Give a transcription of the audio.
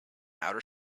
outer